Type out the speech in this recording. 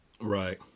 Right